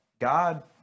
God